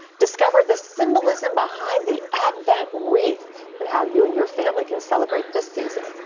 discover the symbolism behind the advent wreath, and how you and your family can celebrate this season.